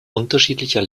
unterschiedlicher